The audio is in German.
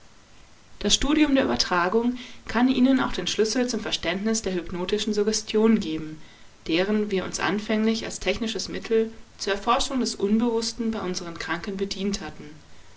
das studium der übertragung kann ihnen auch den schlüssel zum verständnis der hypnotischen suggestion geben deren wir uns anfänglich als technisches mittel zur erforschung des unbewußten bei unseren kranken bedient hatten